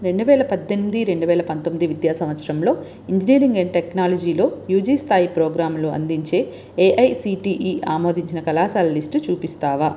రెండు వేల పద్దెనిమిది రెండు వేల పందొమ్మిది విద్యా సంవత్సరంలో ఇంజనీరింగ్ అండ్ టెక్నాలజీలో యూజీ స్థాయి ప్రోగ్రాంలు అందించే ఏఐసిటిఈ ఆమోదించిన కళాశాలల లిస్టు చూపిస్తావా